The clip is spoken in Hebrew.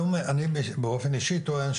אני באופן אישי טוען,